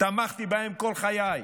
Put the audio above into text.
תמכתי בהן כל חיי.